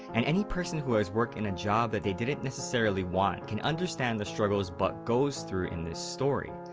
and any person who has worked in a job that they didn't necessarily want can understand the struggles buck goes through in this story.